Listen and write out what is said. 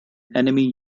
enemy